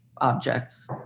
objects